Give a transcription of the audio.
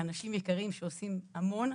אנשים יקרים שעושים המון.